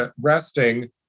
resting